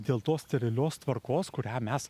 dėl tos sterilios tvarkos kurią mes